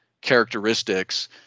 characteristics